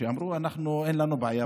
והם אמרו: אין לנו בעיה,